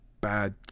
bad